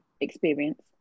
experience